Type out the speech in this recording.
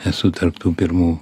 esu tarp tų pirmų